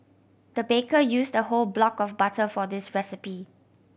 the baker used a whole block of butter for this recipe